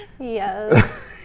Yes